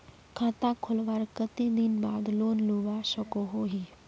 खाता खोलवार कते दिन बाद लोन लुबा सकोहो ही?